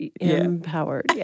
Empowered